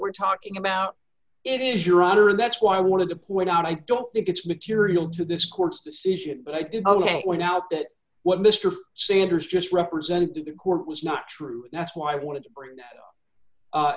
we're talking about it is your honor that's why i wanted to point out i don't think it's material to this court's decision but i did ok now that what mr sanders just represented to the court was not true that's why i wanted to bring